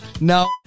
no